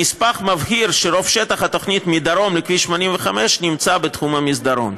הנספח מבהיר שרוב שטח התוכנית מדרום לכביש 85 נמצא בתחום מסדרון.